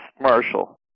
Marshall